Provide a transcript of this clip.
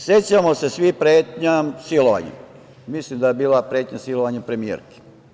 Sećamo se svi pretnji silovanjem, mislim da je bila pretnja silovanjem premijerki.